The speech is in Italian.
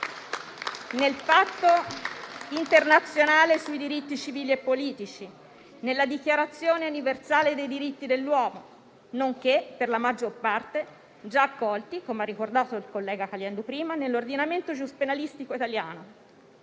nel Patto internazionale sui diritti civili e politici, nella Dichiarazione universale dei diritti dell'uomo, per la maggior parte già accolti, come ha ricordato il collega Caliendo prima, nell'ordinamento giuspenalistico italiano.